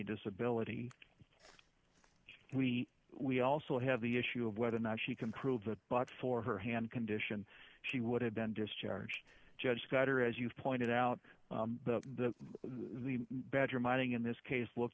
disability we we also have the issue of whether or not she can prove that but for her hand condition she would have been discharged judge got her as you pointed out the the better mining in this case looked